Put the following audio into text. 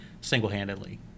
single-handedly